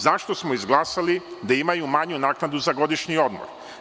Zašto smo izglasali da imaju manju naknadu za godišnji odmor?